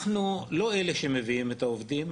אנחנו לא אלה שמביאים את העובדים,